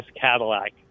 Cadillac